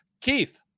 Keith